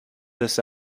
this